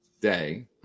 day